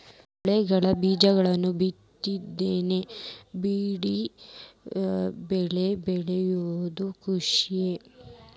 ಹೊಲದಾಗ ಬೇಜಗಳನ್ನ ಬಿತ್ತನೆ ಮಾಡಿ ಬೆಳಿ ಬೆಳಿಯುದ ಕೃಷಿ